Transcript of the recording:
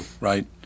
right